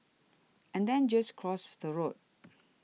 and then just cross the road